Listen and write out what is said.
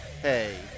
hey